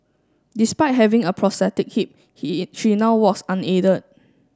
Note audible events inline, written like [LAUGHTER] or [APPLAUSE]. despite having a prosthetic hip [UNINTELLIGIBLE] she now walks unaided